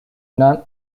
none